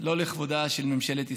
זה לא לכבודה של ממשלת ישראל.